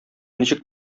ничек